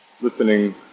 listening